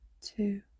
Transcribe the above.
two